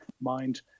mind